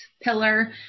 pillar